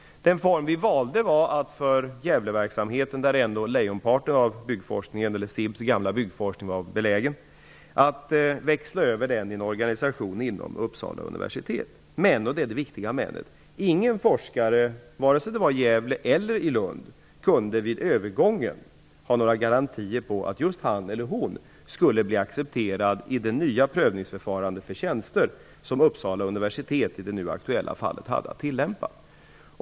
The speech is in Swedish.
Den väg som vi valde var att växla över Gävleverksamheten, där ändå lejonparten av SIB:s gamla byggforskning var belägen, i en organisation inom Uppsala universitet. Men -- och det är ett viktigt men -- ingen forskare vare sig i Gävle eller i Lund kunde vid övergången få några garantier för att just han eller hon skulle bli accepterad i det nya prövningsförfarandet för tjänster, vilket Uppsala universitet i det nu aktuella fallet hade att tillämpa.